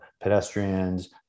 pedestrians